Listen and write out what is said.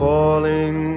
Falling